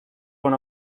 con